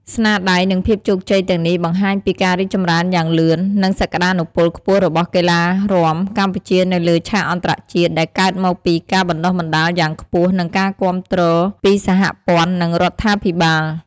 ស្នាដៃ និងភាពជោគជ័យទាំងនេះបង្ហាញពីការរីកចម្រើនយ៉ាងលឿន និងសក្តានុពលខ្ពស់របស់កីឡារាំកម្ពុជានៅលើឆាកអន្តរជាតិ ដែលកើតមកពីការបណ្តុះបណ្តាលយ៉ាងខ្ពស់ និងការគាំទ្រពីសហព័ន្ធ និងរដ្ឋាភិបាល។